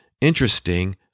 Interesting